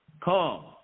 come